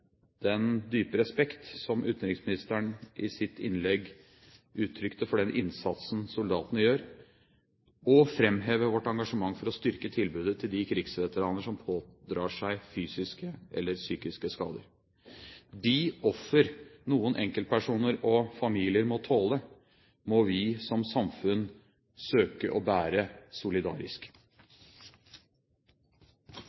den dype respekt som utenriksministeren i sitt innlegg uttrykte for den innsatsen soldatene gjør, og framheve vårt engasjement for å styrke tilbudet til de krigsveteraner som pådrar seg fysiske eller psykiske skader. De offer noen enkeltpersoner og familier må tåle, må vi som samfunn søke å bære